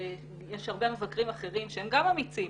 ויש הרבה מבקרים אחרים שגם הם אמיצים